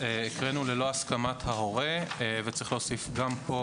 הקראנו ללא הסכמת ההורה וצריך להוסיף גם פה